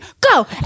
go